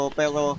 pero